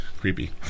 creepy